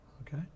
Okay